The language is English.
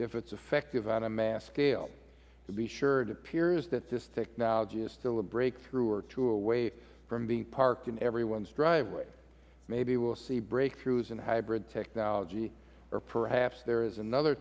if it is effective on a mass scale to be sure it appears that this technology is still a breakthrough or two away from being parked in everyone's driveway maybe we will see breakthroughs in hybrid technology perhaps there is another